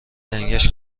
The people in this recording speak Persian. لنگش